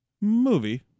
Movie